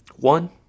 One